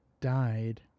Died